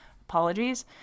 Apologies